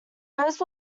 rose